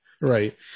right